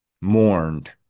mourned